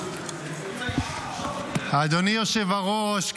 אדוני יושב-הראש,